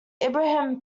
ibrahim